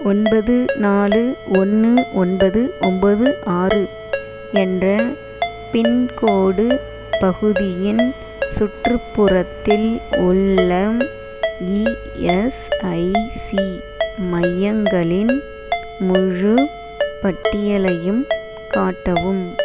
ஒன்பது நாலு ஒன்று ஒன்பது ஒம்போது ஆறு என்ற பின்கோடு பகுதியின் சுற்றுப்புறத்தில் உள்ள இஎஸ்ஐசி மையங்களின் முழு பட்டியலையும் காட்டவும்